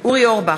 אורי אורבך,